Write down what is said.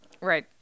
right